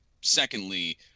secondly